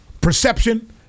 perception